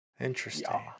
Interesting